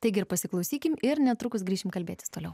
taigi ir pasiklausykime ir netrukus grįšime kalbėtis toliau